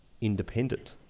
independent